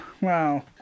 wow